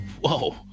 Whoa